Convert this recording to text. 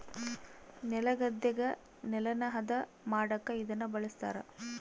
ನೆಲಗದ್ದೆಗ ನೆಲನ ಹದ ಮಾಡಕ ಇದನ್ನ ಬಳಸ್ತಾರ